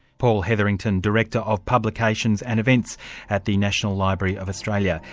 paul hetherington, director of publications and events at the national library of australia.